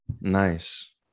Nice